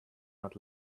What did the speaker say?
not